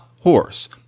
horse